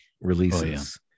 releases